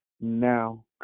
now